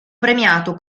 premiato